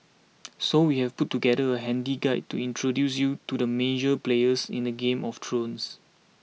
so we've put together a handy guide to introduce you to the major players in the game of thrones